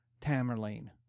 Tamerlane